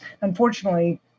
unfortunately